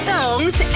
Songs